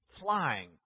Flying